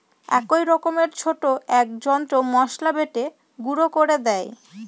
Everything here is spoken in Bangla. এক রকমের ছোট এক যন্ত্র মসলা বেটে গুঁড়ো করে দেয়